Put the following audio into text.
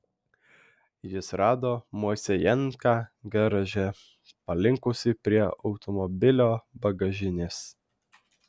jis rado moisejenką garaže palinkusį prie automobilio bagažinės